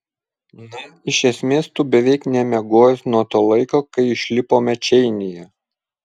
na iš esmės tu beveik nemiegojęs nuo to laiko kai išlipome čeinyje